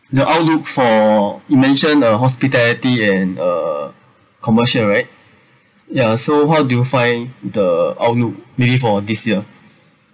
the outlook for you mention the hospitality and uh commercial right yeah so how do you find the outlook maybe for this year